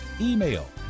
email